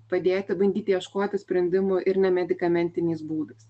padėti bandyti ieškoti sprendimų ir nemedikamentiniais būdas